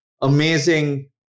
amazing